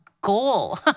goal